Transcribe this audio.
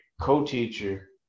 co-teacher